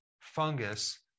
fungus